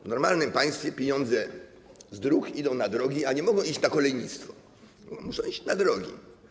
W normalnym państwie pieniądze z dróg idą na drogi, a nie mogą iść na kolejnictwo, bo muszą iść na drogi.